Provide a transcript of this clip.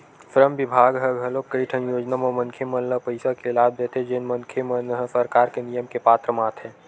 श्रम बिभाग ह घलोक कइठन योजना म मनखे मन ल पइसा के लाभ देथे जेन मनखे मन ह सरकार के नियम के पात्र म आथे